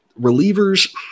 Relievers